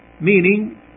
meaning